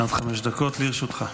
עד חמש דקות לרשותך.